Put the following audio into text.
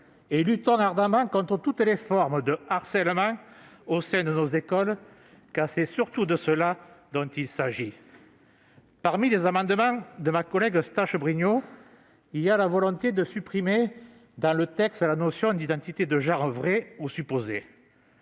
et luttons ardemment contre toutes les formes de harcèlement au sein de nos écoles, car c'est surtout de cela qu'il s'agit. Les amendements de ma collègue Jacqueline Eustache-Brinio visent à supprimer, dans le texte, la notion d'« identité de genre vraie ou supposée